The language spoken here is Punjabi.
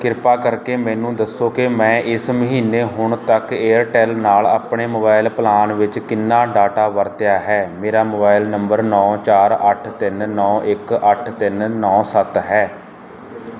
ਕ੍ਰਿਪਾ ਕਰਕੇ ਮੈਨੂੰ ਦੱਸੋ ਕਿ ਮੈਂ ਇਸ ਮਹੀਨੇ ਹੁਣ ਤੱਕ ਏਅਰਟੈੱਲ ਨਾਲ ਆਪਣੇ ਮੋਬਾਈਲ ਪਲਾਨ ਵਿੱਚ ਕਿੰਨਾ ਡਾਟਾ ਵਰਤਿਆ ਹੈ ਮੇਰਾ ਮੋਬਾਈਲ ਨੰਬਰ ਨੌਂ ਚਾਰ ਅੱਠ ਤਿੰਨ ਨੌਂ ਇਕ ਅੱਠ ਤਿੰਨ ਨੌਂ ਸੱਤ ਹੈ